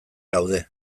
gaude